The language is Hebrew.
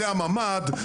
זה הממ"ד,